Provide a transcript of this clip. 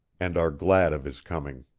and are glad of his coming.